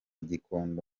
gikondo